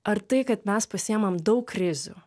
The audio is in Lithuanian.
ar tai kad mes pasiimam daug krizių